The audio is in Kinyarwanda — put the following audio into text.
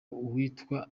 uwitwa